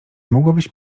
mogłabyś